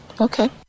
Okay